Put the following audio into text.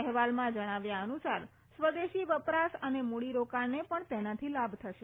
અફેવાલમાં જણાવ્યા અનુસાર સ્વદેશી વપરાશ અને મૂડીરોકાણને પણ તેનાથી લાભ થશે